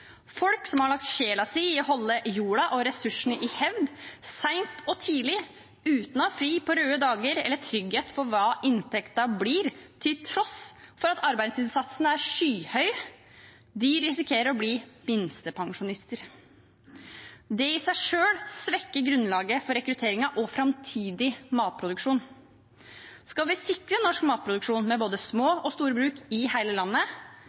Folk som har lagt sjelen sin i å holde jorden og ressursene i hevd, sent og tidlig, uten å ha fri på røde dager eller trygghet for hva inntekten blir til tross for at arbeidsinnsatsen er skyhøy, risikerer å bli minstepensjonister. Det i seg selv svekker grunnlaget for rekrutteringen og framtidig matproduksjon. Skal vi sikre norsk matproduksjon med både små og store bruk i hele landet,